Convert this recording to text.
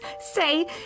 say